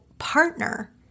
partner